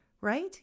right